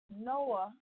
Noah